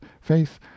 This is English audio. faith